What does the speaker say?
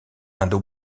indo